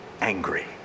angry